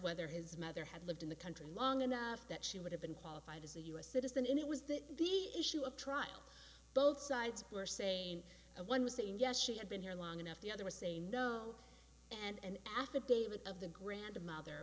whether his mother had lived in the country long enough that she would have been qualified as a us citizen and it was that the issue of trial both sides were saying one was saying yes she had been here long enough the other was saying no and affidavit of the grandmother